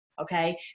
okay